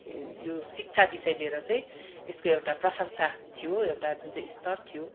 यो शिक्षा विषय लिएर चाहिँ यसको एउटा प्रशंसा थियो एउटा जुन चाहिँ स्तर थियो